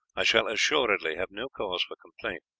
i shall assuredly have no cause for complaint.